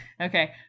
Okay